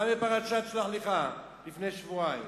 גם בפרשת שלח-לך לפני שבועיים.